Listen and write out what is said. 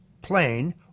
plane